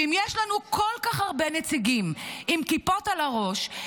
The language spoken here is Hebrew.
ואם יש לנו כל כך הרבה נציגים עם כיפות על הראש,